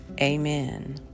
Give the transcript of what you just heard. Amen